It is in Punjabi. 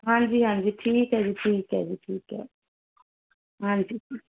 ਹਾਂਜੀ ਹਾਂਜੀ ਠੀਕ ਹੈ ਜੀ ਠੀਕ ਹੈ ਜੀ ਠੀਕ ਹੈ ਹਾਂਜੀ